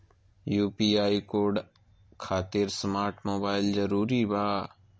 UPI code खातिर smart mobile जरूरी बा?